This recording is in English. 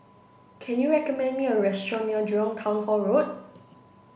can you recommend me a restaurant near Jurong Town Hall Road